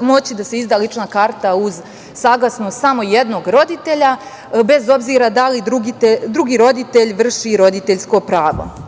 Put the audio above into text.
moći da se izda lična karta uz saglasnost samo jednog roditelja, bez obzira da li drugi roditelj vrši roditeljsko pravo.